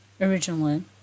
originally